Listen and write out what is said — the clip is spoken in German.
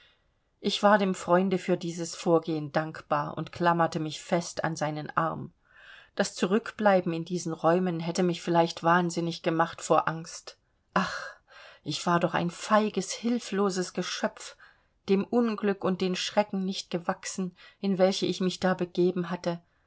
ich war dem freunde für dieses vorgehen dankbar und klammerte mich fest an seinen arm das zurückbleiben in diesen räumen hätte mich vielleicht wahnsinnig gemacht vor angst ach ich war doch ein feiges hilfloses geschöpf dem unglück und den schrecken nicht gewachsen in welche ich mich da begeben hatte